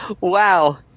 Wow